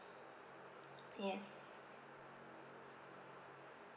yes